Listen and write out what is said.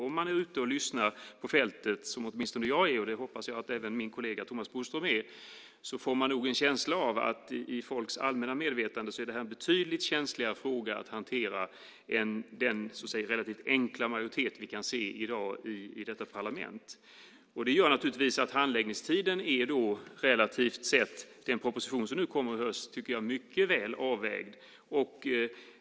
Om man är ute och lyssnar på fältet - som åtminstone jag är, och jag hoppas att min kollega Thomas Bodström är - får man en känsla av att i folks allmänna medvetande är detta en betydligt känsligare fråga att hantera än den relativt enkla majoritet vi kan se i dag i detta parlament. Det gör naturligtvis att handläggningstiden, om man ser till den proposition som kommer nu i höst, är mycket väl avvägd.